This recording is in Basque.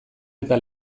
eta